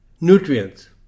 nutrients